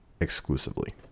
exclusively